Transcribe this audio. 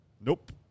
Nope